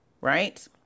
right